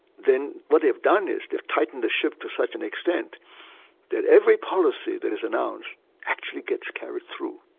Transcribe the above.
then what they have done is, they've tightened the ship to such an extent that every policy that is announced actually gets carried through,